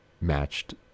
matched